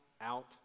out